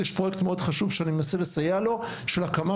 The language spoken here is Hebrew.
יש פרויקט מאוד חשוב שאני מנסה לסייע לו של הקמה